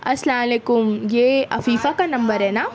السلام علیکم یہ عفیفہ کا نمبر ہے نا